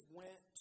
went